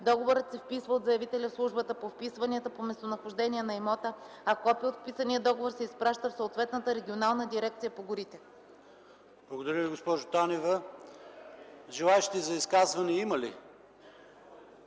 Договорът се вписва от заявителя в службата по вписванията по местонахождение на имота, а копие от вписания договор се изпраща в съответната регионална дирекция по горите.” ПРЕДСЕДАТЕЛ ПАВЕЛ ШОПОВ: Благодаря Ви, госпожо Танева. Желаещи за изказване?